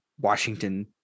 Washington